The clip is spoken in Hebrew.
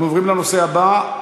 אנחנו עוברים לנושא הבא,